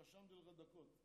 רשמתי לך דקות.